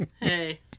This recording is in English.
Hey